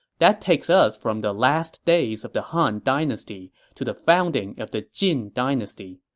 that takes us from the last days of the han dynasty to the founding of the jin dynasty.